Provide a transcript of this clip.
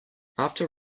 after